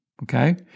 Okay